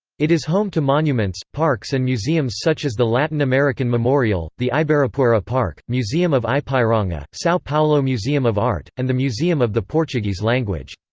it is home to monuments, parks and museums such as the latin american memorial, the ibirapuera park, museum of ipiranga, sao paulo museum of art, and the museum of the portuguese language.